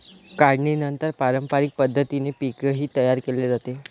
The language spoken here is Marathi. काढणीनंतर पारंपरिक पद्धतीने पीकही तयार केले जाते